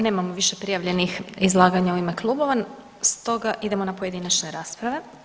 Nemamo više prijavljenih izlaganja u ime klubova stoga idemo na pojedinačne rasprave.